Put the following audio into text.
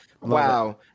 Wow